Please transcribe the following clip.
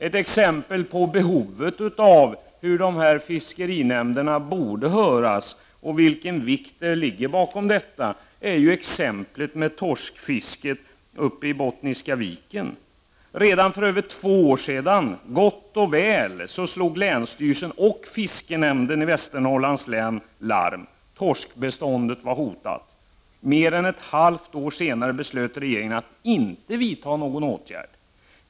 Ett exempel på behovet och vikten av att fiskenämnderna borde höras är torskfisket uppe i Bottniska viken. För gott och väl två år sedan slog länsstyrelsen och fiskenämnden i Västernorrlands län larm om att torskbeståndet var hotat. Mer än ett halvt år senare beslöt regeringen att inte vidta någon åtgärd.